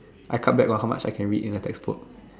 I come back on how much I can read in a textbook